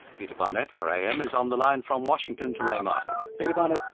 peter barnett for am is on the line from washington to ray martin. peter barnett,